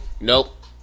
Nope